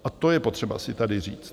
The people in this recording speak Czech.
A to je potřeba si tady říct.